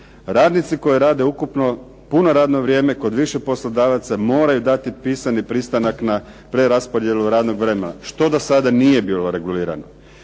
Radnici koji rade ukupno puno radno vrijeme kod više poslodavaca moraju dati pisani pristanak na preraspodjelu radnog vremena, što do sada nije bilo regulirano.